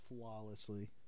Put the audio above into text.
Flawlessly